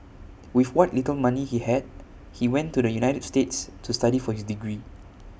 with what little money he had he went to the united states to study for his degree